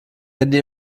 handy